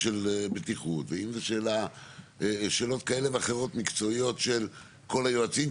ואם זה של שאלות כאלה ואחרות מקצועיות של כל היועצים,